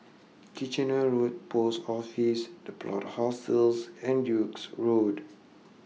Kitchener Road Post Office The Plot Hostels and Duke's Road